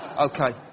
Okay